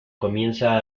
comienza